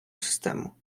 систему